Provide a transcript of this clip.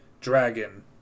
dragon